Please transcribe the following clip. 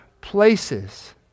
places